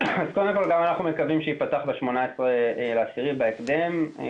קודם כל גם אנחנו מקווים שיפתח ב-18 באוקטובר בהקדם.